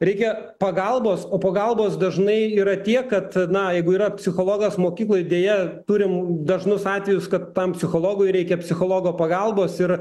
reikia pagalbos o pagalbos dažnai yra tiek kad na jeigu yra psichologas mokykloj deja turim dažnus atvejus kad tam psichologui reikia psichologo pagalbos ir